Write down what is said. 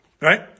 right